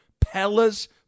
Pella's